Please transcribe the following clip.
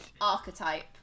archetype